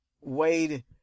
Wade